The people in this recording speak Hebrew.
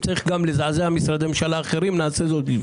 אם צריך גם לזעזע משרדי ממשלה אחרים, נעשה זאת.